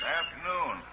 afternoon